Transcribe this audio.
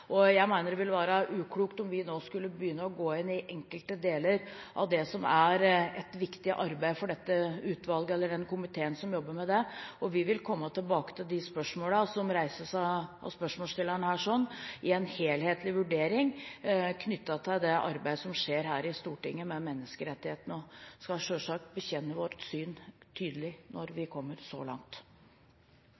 og jeg mener det ville være uklokt om vi nå skulle begynne å gå inn i enkelte deler av det som er et viktig arbeid for den komiteen som jobber med det. Vi vil komme tilbake til de spørsmålene som reises av spørsmålsstilleren her nå, i en helhetlig vurdering knyttet til det arbeidet som skjer her i Stortinget med menneskerettighetene. Vi skal selvsagt bekjenne vårt syn tydelig når vi